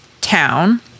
town